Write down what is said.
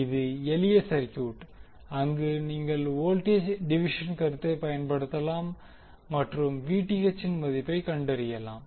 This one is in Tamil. இது எளிய சர்க்யூட் அங்கு நீங்கள் வோல்டேஜ் டிவிஷன் கருத்தை பயன்படுத்தலாம் மற்றும் Vth இன் மதிப்பைக் கண்டறியலாம்